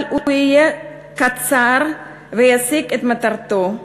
אבל הוא יהיה קצר, וישיג את מטרתו,